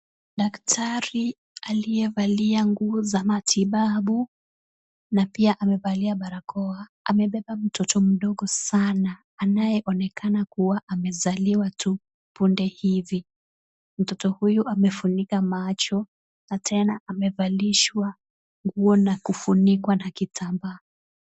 Daktari aliyevalia nguo za matibabu na pia amevalia barakoa amebeba mtoto mdogo sana anayeonekana kuwa amezaliwa tu punde hivi, mtoto huyu amefunika macho na tena amevalishwa nguo na kufunikwa na kitambaa.